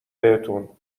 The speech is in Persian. بهتون